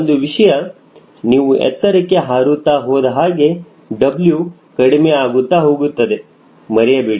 ಒಂದು ವಿಷಯ ನೀವು ಎತ್ತರಕ್ಕೆ ಹಾರುತ್ತಾ ಹೋದಹಾಗೆ W ಕಡಿಮೆ ಆಗುತ್ತಾ ಹೋಗುತ್ತದೆ ಮರೆಯಬೇಡಿ